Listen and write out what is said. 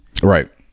Right